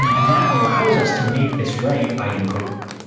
and that allows us to make this write idempotent.